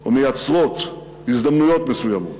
או מייצרות הזדמנויות מסוימות.